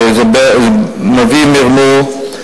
וזה מביא מרמור.